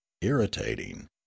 irritating